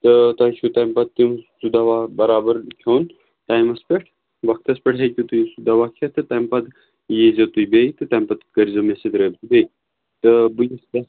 تہٕ تۄہہِ چھُو تَمہِ پَتہٕ تِم سُہ دوا برابر کھیوٚن ٹایمَس پٮ۪ٹھ وقتَس پٮ۪ٹھ ہیٚکِو تُہۍ سُہ دوا کھٮ۪تھ تہٕ تَمہِ پَتہٕ ییٖزیو تُہۍ بیٚیہِ تہٕ تَمہِ پَتہٕ کٔرۍزیو مےٚ سۭتۍ رٲبطہٕ بیٚیہِ تہٕ